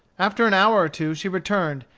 after an hour or two she returned,